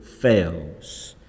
fails